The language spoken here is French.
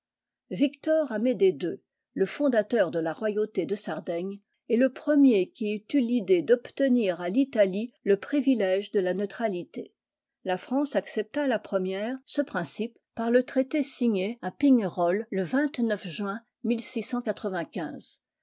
victoramédée ii le fondateur de la royauté de sardaigne est le premier qui ait eu l'idée d'obtenir à l'italie le privilège de la neutralité la france accepta la première ce principe par le traité signé à pignerol le juin